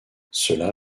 cela